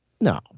No